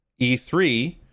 E3